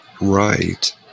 right